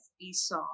Esau